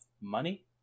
money